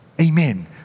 Amen